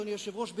אדוני היושב-ראש,